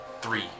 three